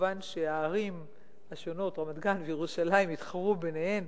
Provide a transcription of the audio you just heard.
מובן שהערים רמת-גן וירושלים יתחרו ביניהן.